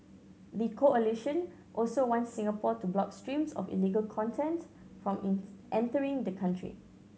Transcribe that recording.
the coalition also wants Singapore to block streams of illegal content from entering the country